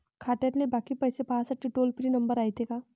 खात्यातले बाकी पैसे पाहासाठी टोल फ्री नंबर रायते का?